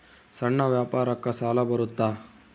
ಸಣ್ಣ ವ್ಯಾಪಾರಕ್ಕ ಸಾಲ ಬರುತ್ತಾ?